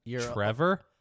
Trevor